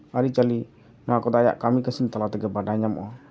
ᱟᱹᱨᱤᱪᱟᱹᱞᱤ ᱱᱚᱣᱟ ᱠᱚᱫᱚ ᱟᱭᱟᱜ ᱠᱟᱹᱢᱤ ᱠᱟᱹᱥᱱᱤ ᱛᱟᱞᱟ ᱛᱮᱜᱮ ᱵᱟᱰᱟᱭ ᱧᱟᱢᱚᱜᱼᱟ